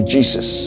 Jesus